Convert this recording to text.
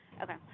Okay